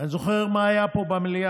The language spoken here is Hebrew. ואני זוכר מה היה פה במליאה.